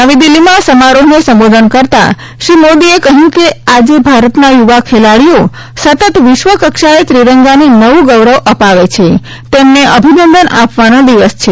નવી દિલ્હીમાં સમારોહને સંબોધન કરતાં શ્રી મોદીએ કહ્યું કે આજે ભારતના યુવા ખેલાડીઓ સતત વિશ્વકક્ષાએ ત્રિરંગાને નવું ગૌરવ અપાવે છે તેમને અભિનંદન આપવાનો દિવસ છે